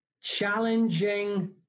challenging